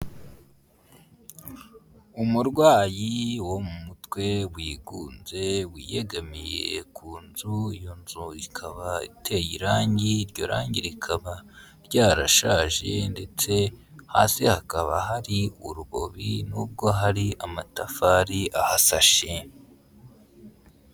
Umurwayi wo mu mutwe wigunze wiyegamiye ku nzu iyo nzu ikaba iteye irangi iryo rangi rikaba ryarashaje ndetse hasi hakaba hari urubobi nubwo hari amatafari ahasashe.